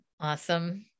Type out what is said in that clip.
Awesome